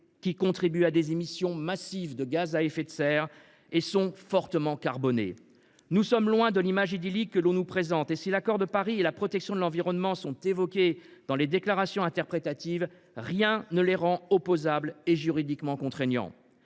qui contribuent à des émissions massives de gaz à effet de serre et sont fortement carbonés. Nous sommes loin de l’image idyllique que l’on nous présente… Si l’accord de Paris et la protection de l’environnement sont évoqués dans la déclaration interprétative, rien ne les rend opposables ni juridiquement contraignants.